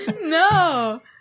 No